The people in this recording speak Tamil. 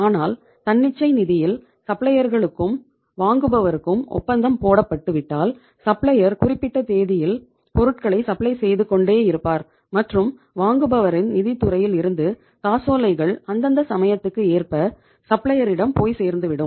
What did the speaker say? ஆனால் தன்னிச்சை நிதியில் சப்ளையர்களுக்கும் இடம் போய் சேர்ந்துவிடும்